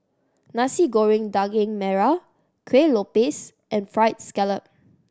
Nasi Goreng Daging Merah Kueh Lopes and Fried Scallop